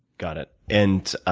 got it. and